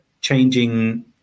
changing